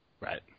Right